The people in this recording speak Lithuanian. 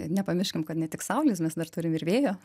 nepamirškim kad ne tik saulės mes dar turim ir vėjo